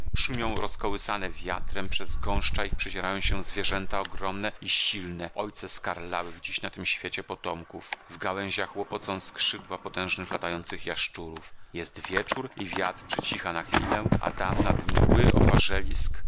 szumią rozkołysane wiatrem przez gąszcza ich przedzierają się zwierzęta ogromne i silne ojce skarlałych dziś na tym świecie potomków w gałęziach łopocą skrzydła potężnych latających jaszczurów jest wieczór i wiatr przycicha na chwilę a tam nad mgły